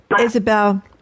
Isabel